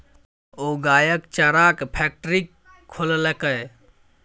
ओ गायक चाराक फैकटरी खोललकै